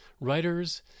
writers